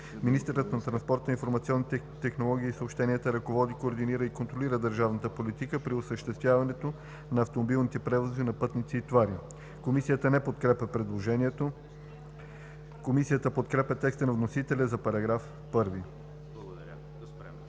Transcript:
Министърът на транспорта, информационните технологии и съобщенията ръководи, координира и контролира държавната политика при осъществяването на автомобилните превози на пътници и товари.“ Комисията не подкрепя предложението. Комисията подкрепя текста на вносителя за § 1. ПРЕДСЕДАТЕЛ